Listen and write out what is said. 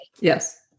Yes